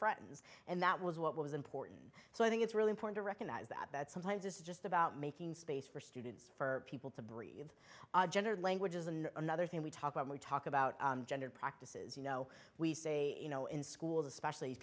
friends and that was what was important so i think it's really important to recognize that sometimes it's just about making space for students for people to breathe languages and another thing we talk about we talk about gendered practices you know we say you know in schools especially